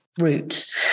route